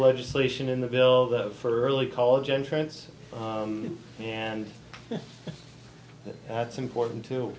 legislation in the bill for early college entrance and that's important to